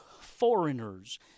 foreigners